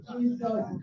Jesus